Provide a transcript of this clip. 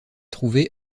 trouvée